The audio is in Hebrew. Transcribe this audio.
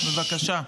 בבקשה.